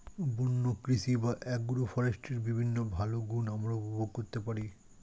বন্য কৃষি বা অ্যাগ্রো ফরেস্ট্রির বিভিন্ন ভালো গুণ আমরা উপভোগ করতে পারি